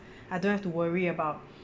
I don't have to worry about